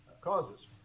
causes